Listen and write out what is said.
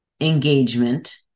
engagement